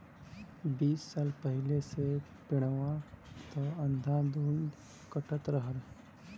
बीस साल पहिले से पेड़वा त अंधाधुन कटते रहल